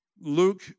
Luke